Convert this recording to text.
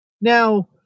now